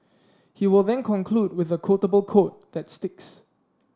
he will then conclude with a quotable quote that sticks